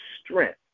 strength